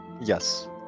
Yes